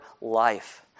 life